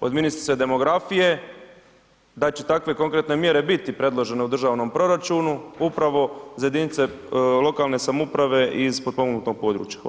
od ministrice demografije da će takve konkretne mjere biti predložene u državnom proračunu upravo za jedinice lokalne samouprave iz potpomognutog područja, hvala.